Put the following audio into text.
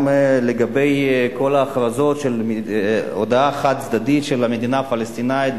גם לגבי כל ההכרזות על הודעה חד-צדדית על מדינה פלסטינית,